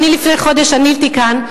אני לפני חודש עליתי כאן,